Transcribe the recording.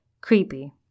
Creepy